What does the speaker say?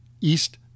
East